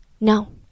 No